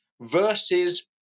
versus